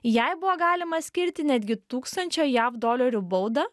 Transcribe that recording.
jai buvo galima skirti netgi tūkstančio jav dolerių baudą